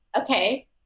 Okay